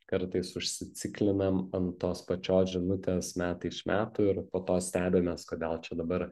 kartais užsiciklinam ant tos pačios žinutės metai iš metų ir po to stebimės kodėl čia dabar